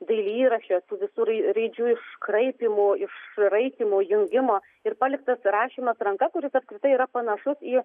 dailyraščio tų visur raidžių iškraipymų išraitymų jungimo ir paliktas rašymas ranka kuris apskritai yra panašus į